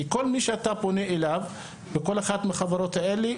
כי כל מי שאתה פונה אליו בכל אחת מהחברות האלה,